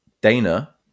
Dana